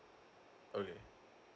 okay